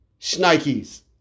schnikes